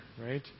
right